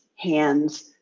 hands